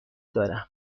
دارم